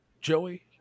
joey